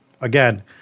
Again